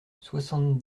soixante